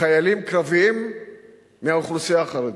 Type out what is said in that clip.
חיילים קרביים מהאוכלוסייה החרדית.